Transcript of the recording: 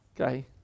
okay